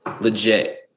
legit